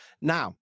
Now